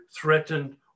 threatened